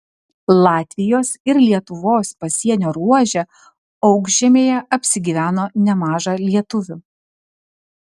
latvijos ir lietuvos pasienio ruože aukšžemėje apsigyveno nemaža lietuvių